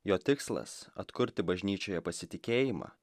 jo tikslas atkurti bažnyčioje pasitikėjimą